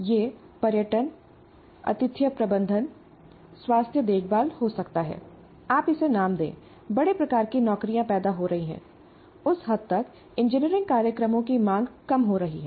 यह पर्यटन आतिथ्य प्रबंधन स्वास्थ्य देखभाल हो सकता है आप इसे नाम दें बड़े प्रकार की नौकरियां पैदा हो रही हैं उस हद तक इंजीनियरिंग कार्यक्रमों की मांग कम हो रही है